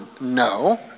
no